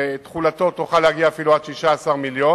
ותכולתו תוכל להגיע אפילו עד 16 מיליון,